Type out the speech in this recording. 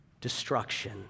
destruction